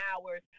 hours